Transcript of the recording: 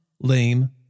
lame